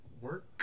Work